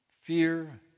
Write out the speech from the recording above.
fear